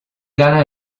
gana